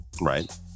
right